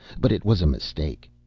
but it was a mistake.